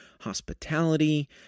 hospitality